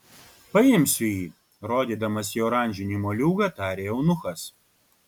paimsiu jį rodydamas į oranžinį moliūgą tarė eunuchas